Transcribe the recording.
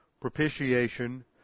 propitiation